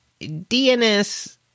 DNS